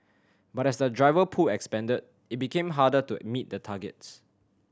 but as the driver pool expanded it became harder to meet the targets